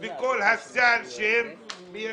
אומרים גז - נרוויח מיליארדים,